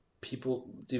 people